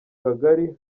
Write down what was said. kagari